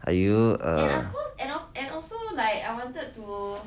are you uh